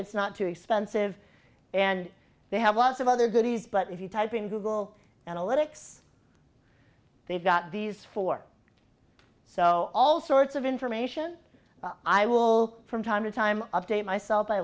it's not too expensive and they have lots of other goodies but if you type in google analytics they've got these four so all sorts of information but i will from time to time update myself by